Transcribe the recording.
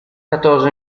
quatorze